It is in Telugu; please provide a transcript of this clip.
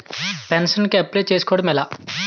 పెన్షన్ కి అప్లయ్ చేసుకోవడం ఎలా?